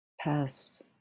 past